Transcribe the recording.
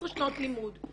12 שנות לימוד.